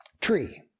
tree